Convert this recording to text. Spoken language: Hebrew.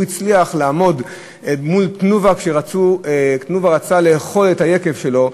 איך הוא הצליח לעמוד מול "תנובה" כשהיא רצתה לאכול את היקב שלו,